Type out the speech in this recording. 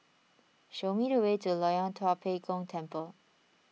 show me the way to Loyang Tua Pek Kong Temple